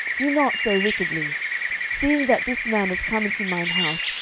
do not so wickedly seeing that this man is come into mine house,